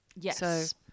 Yes